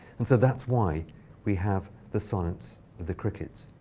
and so that's why we have the silence of the crickets.